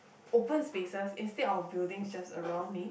open spaces instead of buildings just around me